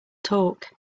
talk